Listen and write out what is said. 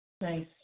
Nice